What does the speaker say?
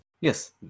Yes